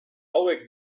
hauek